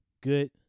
good